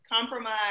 compromise